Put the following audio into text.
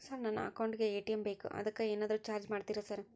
Sir ನನ್ನ account ಗೇ ATM ಬೇಕು ಅದಕ್ಕ ಏನಾದ್ರು ಚಾರ್ಜ್ ಮಾಡ್ತೇರಾ ಸರ್?